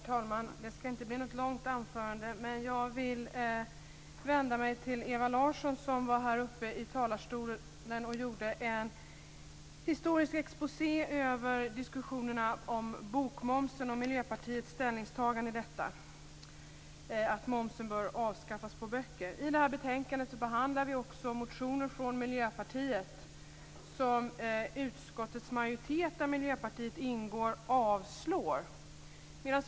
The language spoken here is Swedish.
Herr talman! Det skall inte bli något långt anförande. Jag vill vända mig till Ewa Larsson som var här uppe i talarstolen och gjorde en historisk exposé över diskussionerna om bokmomsen och Miljöpartiets ställningstagande till detta, nämligen att momsen bör avskaffas på böcker. I det här betänkandet behandlar vi också motioner från Miljöpartiet som utskottets majoritet, där Miljöpartiet ingår, avstyrker.